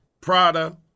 Prada